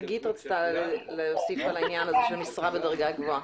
חגית רצתה להוסיף על העניין הזה של המשרד בדרגה גבוהה.